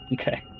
Okay